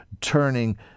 turning